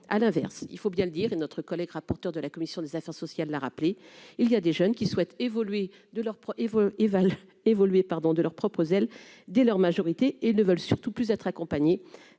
à l'inverse, il faut bien le dire, et notre collègue rapporteur de la commission des affaires sociales, l'a rappelé il y a des jeunes qui souhaitent évoluer de leurs proches et va évoluer, pardon de leurs propres ailes dès leur majorité et ne veulent surtout plus être accompagnés